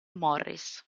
morris